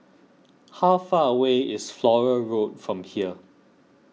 how far away is Flora Road from here